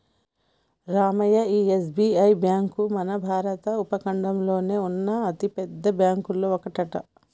రామయ్య ఈ SBI bank మన భారత ఉపఖండంలోనే ఉన్న అతిపెద్ద బ్యాంకులో ఒకటట